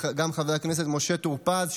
גם לחבר הכנסת משה טור פז,